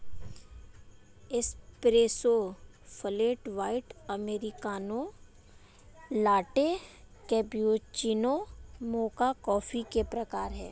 espresso, flat white, americano, latte, cappuccino, mocha coffee के प्रकार हैं